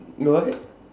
no what